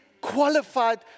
qualified